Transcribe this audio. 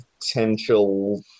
potential